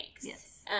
Yes